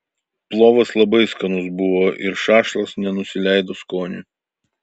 plovas labai skanus buvo ir šašlas nenusileido skoniui